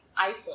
iPhone